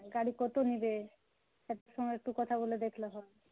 গাড়ি কত নেবে তাদের সঙ্গে একটু কথা বলে দেখলে হয়